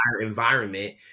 environment